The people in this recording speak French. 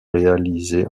réalisé